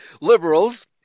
Liberals